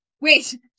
wait